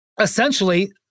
Essentially